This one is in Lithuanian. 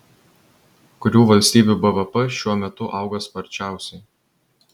kurių valstybių bvp šiuo metu auga sparčiausiai